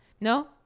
No